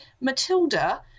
matilda